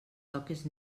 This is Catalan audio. toques